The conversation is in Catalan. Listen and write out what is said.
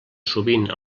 sovint